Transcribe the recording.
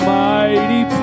mighty